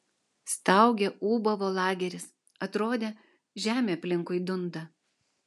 staugė ūbavo lageris atrodė žemė aplinkui dunda